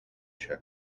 czech